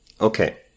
Okay